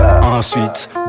Ensuite